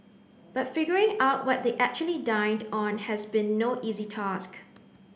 but figuring out what they actually dined on has been no easy task